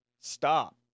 stop